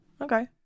okay